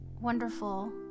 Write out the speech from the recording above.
wonderful